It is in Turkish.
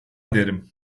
ederim